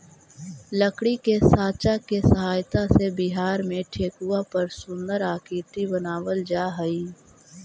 लकड़ी के साँचा के सहायता से बिहार में ठेकुआ पर सुन्दर आकृति बनावल जा हइ